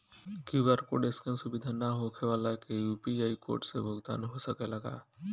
QR code scan सुविधा ना होखे वाला के यू.पी.आई कोड से भुगतान हो सकेला का?